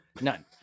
None